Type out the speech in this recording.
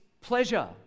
pleasure